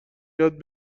یاد